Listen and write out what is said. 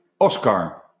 Oscar